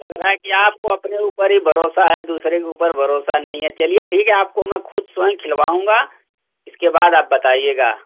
लग रहा है की आपको अपने ऊपर ही भरोसा है दूसरे के ऊपर भरोसा नहीं है चलिए ठीक है आपको मैं खुद स्वयं खिलवाऊँगा इसके बाद आप बताइएगा